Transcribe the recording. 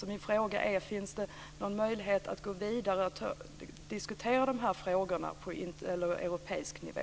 Min fråga är: Finns det någon möjlighet att gå vidare och diskutera dessa frågor på europeisk nivå?